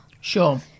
Sure